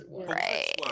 right